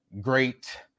great